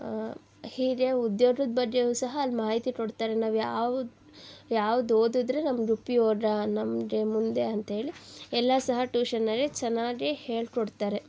ಹೀಗೆ ಉದ್ಯೋಗದ್ ಬಗ್ಗೆಯೂ ಸಹ ಅಲ್ಲಿ ಮಾಹಿತಿ ಕೊಡ್ತಾರೆ ನಾವು ಯಾವ ಯಾವುದು ಓದಿದ್ರೆ ನಮ್ಗೆ ಉಪ್ಯೋಗ ನಮಗೆ ಮುಂದೆ ಅಂತೇಳಿ ಎಲ್ಲ ಸಹ ಟ್ಯುಶನಲ್ಲಿ ಚೆನ್ನಾಗೇ ಹೇಳ್ಕೊಡ್ತಾರೆ